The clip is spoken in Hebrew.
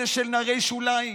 אלו של נערי שוליים,